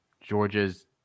Georgia's